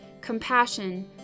compassion